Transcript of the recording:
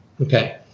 Okay